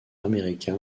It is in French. américain